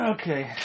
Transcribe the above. Okay